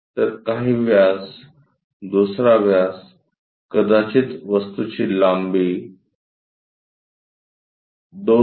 तर काही व्यास दुसरा व्यास कदाचित वस्तूची लांबी 2